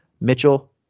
Mitchell